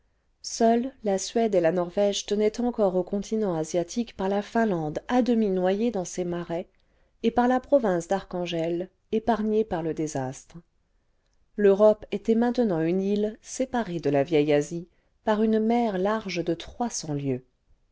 seules la suède et la norvège tenaient encore au continent asiatique par la finlande à demi noyée clans ses marais et par la province d'arkhangel épargnée par le désastre l'europe était maintenant une île séparée de la vieille asie par une mer large de